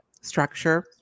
structure